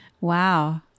Wow